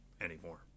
anymore